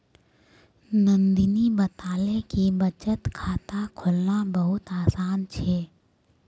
नंदनी बताले कि बचत खाता खोलना बहुत आसान छे